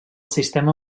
sistema